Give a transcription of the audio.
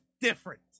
different